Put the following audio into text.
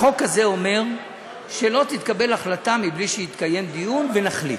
החוק הזה אומר שלא תתקבל החלטה בלי שיתקיים דיון ונחליט.